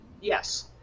yes